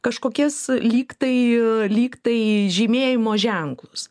kažkokias lyg tai lyg tai žymėjimo ženklus